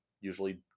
usually